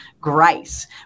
grace